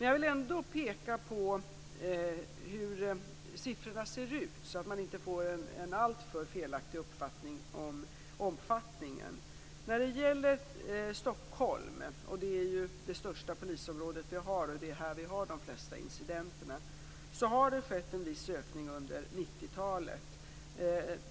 Jag vill ändå peka på hur siffrorna ser ut, så att man inte får en alltför felaktig uppfattning om omfattningen. När det gäller Stockholm - det är det största polisområde vi har, och det är här vi har de flesta incidenterna - har det skett en viss ökning under 90-talet.